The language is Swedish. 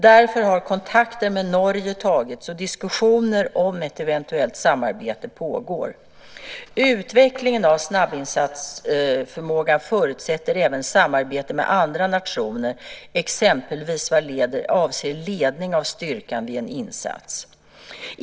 Därför har kontakter med Norge tagits, och diskussioner om ett eventuellt samarbete pågår. Utvecklingen av snabbinsatsförmåga förutsätter även samarbete med andra nationer, exempelvis vad avser ledning av styrkan vid en insats.